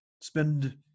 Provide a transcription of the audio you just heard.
spend